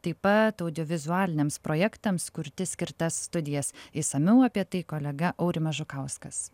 taip pat audiovizualiniams projektams kurti skirtas studijas išsamiau apie tai kolega aurimas žukauskas